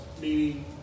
meaning